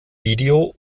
video